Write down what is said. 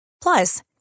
Plus